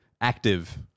active